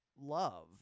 Love